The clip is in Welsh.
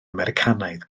americanaidd